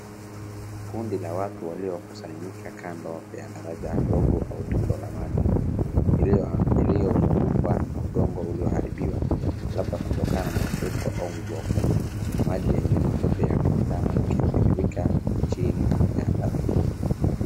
Kundi la watu waliokusanyika kando ya daraja ndogo au tundo la maji, iliyozungukwa na udongo ulioharibiwa labda kutokana na mafuriko au mvua kubwa. Maji yenye matope yanaonekana yakitiririka chini ya daraja hilo.